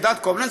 אלדד קובלנץ,